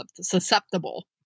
susceptible